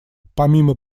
помимо